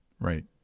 right